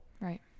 right